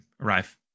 arrive